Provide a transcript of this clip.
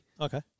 Okay